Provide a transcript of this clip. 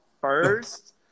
first